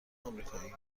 آمریکایی